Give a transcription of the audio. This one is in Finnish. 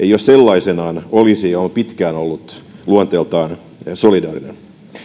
jo sellaisenaan olisi jo pitkään ollut luonteeltaan solidaarinen